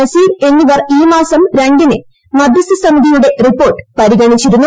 നസീർ എന്നിവർ ഈ മാസം രണ്ട്ടിന് മധ്യസ്ഥ സമിതിയുടെ റിപ്പോർട്ട് പരിഗണിച്ചിരുന്നു